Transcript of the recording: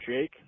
Jake